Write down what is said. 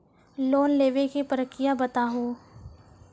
Loan लेवे के प्रक्रिया बताहू?